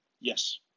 Yes